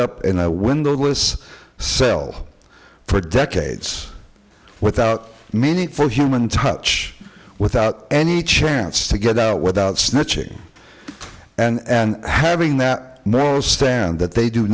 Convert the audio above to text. up in a windowless cell for decades without meaningful human touch without any chance to get out without snatching and having that nose stand that they do